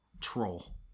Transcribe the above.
troll